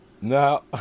No